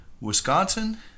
Wisconsin